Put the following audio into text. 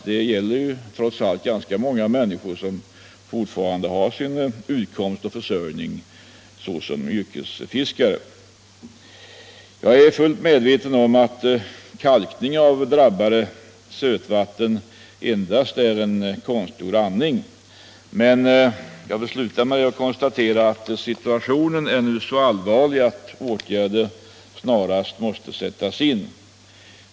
Det är trots allt ganska många människor som fortfarande har sin utkomst och försörjning som yrkesfiskare. Jag är fullt medveten om att kalkning av drabbade sötvatten endast är konstgjord andning. Men jag vill sluta med att konstatera att situationen nu är så allvarlig att åtgärder snarast måste sättas in.